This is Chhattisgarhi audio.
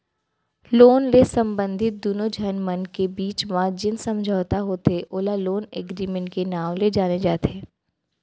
लोन ले संबंधित दुनो झन मन के बीच म जेन समझौता होथे ओला लोन एगरिमेंट के नांव ले जाने जाथे